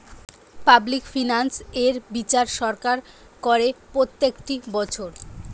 public finance এর বিচার সরকার করে প্রত্যেকটি বছর